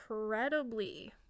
incredibly